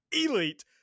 Elite